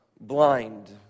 blind